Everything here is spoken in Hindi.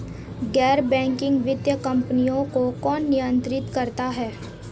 गैर बैंकिंग वित्तीय कंपनियों को कौन नियंत्रित करता है?